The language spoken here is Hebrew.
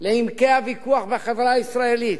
לעומקי הוויכוח בחברה הישראלית,